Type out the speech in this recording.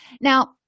Now